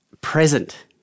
present